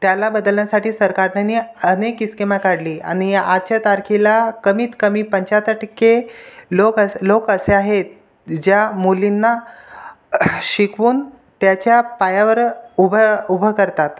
त्याला बदलण्यासाठी सरकारने अनेक स्कीमा काढली आणि आजच्या तारखेला कमीत कमी पंचाहत्तर टक्के लोक अस लोक असे आहेत जे मुलींना शिकवून त्याच्या पायावर उभं उभं करतात